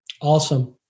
Awesome